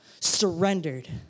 surrendered